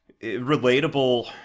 relatable